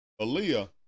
Aaliyah